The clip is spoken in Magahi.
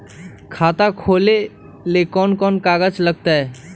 खाता खोले ले कौन कौन कागज लगतै?